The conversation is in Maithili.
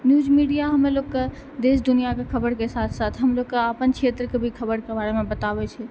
न्यूज़ मीडिया हमलोग के देश दुनिआ के खबर के साथ साथ हमलोग के अपन क्षेत्र के खबर के बारे मे भी बताबै छै